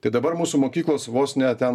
tai dabar mūsų mokyklos vos ne ten